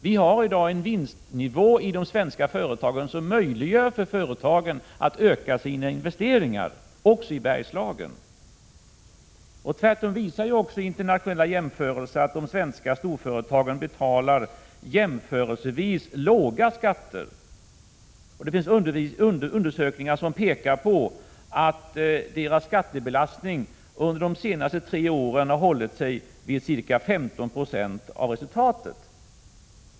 Vi har i dag en vinstnivå i de svenska företagen som möjliggör för företagen att öka sina investeringar, också i Bergslagen. Internationella jämförelser visar också att de svenska storföretagen betalar jämförelsevis låga skatter. Det finns undersökningar som pekar på att storföretagens skattebelastning under de senaste tre åren har hållit sig vid ca 15 96 av resultatet.